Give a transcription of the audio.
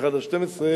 זה לא חייב, משתדלים,